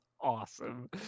awesome